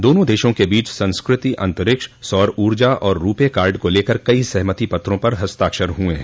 दोनों देशों के बीच संस्कृति अंतरिक्ष सौर ऊर्जा और रू पे कार्ड को लेकर कई सहमति पत्रों पर हस्ताक्षर हुए हैं